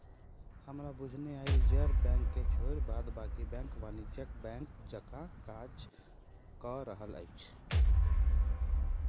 हमरा बुझने आइ रिजर्व बैंक के छोइड़ बाद बाँकी बैंक वाणिज्यिक बैंक जकाँ काज कअ रहल अछि